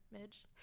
midge